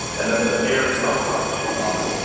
and that the fare itself cost two dollars.